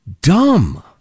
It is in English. dumb